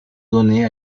donné